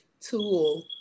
tool